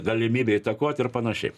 galimybę įtakot ir panašiai